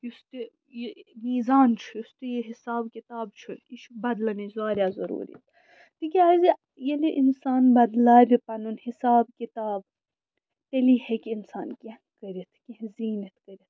یُس تہِ یہِ میٖزان چھُ یُس تہِ یہِ حِساب کِتاب چھُ یہِ چھُ بَدلنٕچ واریاہ ضٔروٗری تِکیٛازِ ییٚلہِ اِنسان بَدلاوِ پَنُن حِساب کِتاب تیٚلی ہٮ۪کہِ اِنسان کیٚنہہ کٔرِتھ کیٚنہہ زیٖنِتھ کٔرِتھ